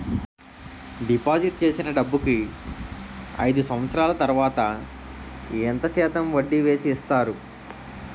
Deposit చేసిన డబ్బుకి అయిదు సంవత్సరాల తర్వాత ఎంత శాతం వడ్డీ వేసి ఇస్తారు?